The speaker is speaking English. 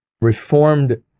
reformed